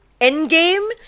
Endgame